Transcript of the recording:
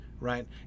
right